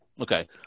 Okay